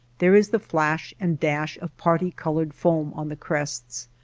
there is the flash and dash of parti-colored foam on the crests,